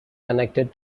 connected